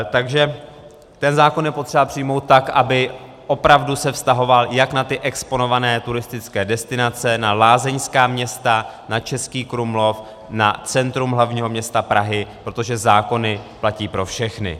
Takže ten zákon je potřeba přijmout tak, aby se opravdu vztahoval jak na ty exponované turistické destinace, na lázeňská města, na Český Krumlov, na centrum hlavního města Prahy, protože zákony platí pro všechny.